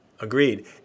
agreed